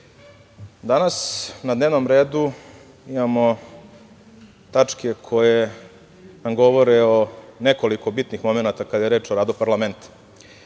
danas na dnevnom redu imamo tačke koje nam govore o nekoliko bitnih momenata kada je reč o radu parlamenta. Mislim